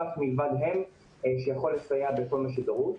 כמובן שאת המודל שלנו תיקפנו מול ה-OECD,